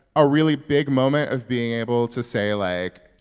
a really big moment of being able to say, like,